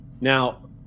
Now